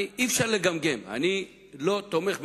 אי-אפשר לגמגם.